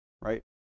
right